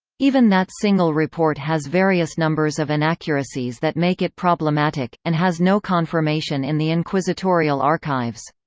even that single report has various numbers of inaccuracies that make it problematic, and has no confirmation in the inquisitorial archives.